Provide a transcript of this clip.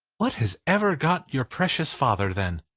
what has ever got your precious father then?